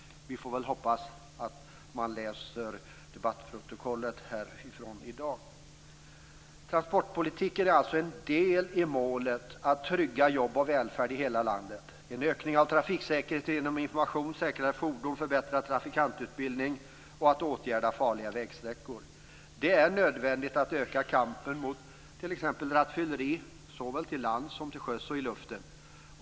Vi får hoppas att man läser protokollet från dagens debatt. Transportpolitiken är också en del i målet att trygga jobb och välfärd i hela landet. En ökning av trafiksäkerheten sker genom information, säkrare fordon, förbättrad trafikantutbildning och åtgärder på farliga vägsträckor. Det är nödvändigt att öka kampen mot t.ex. rattfylleri, såväl till lands som till sjöss och i luften.